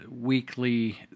weekly